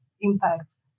impacts